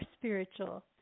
spiritual